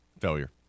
Failure